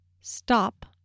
stop